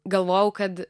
galvojau kad